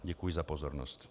Děkuji za pozornost.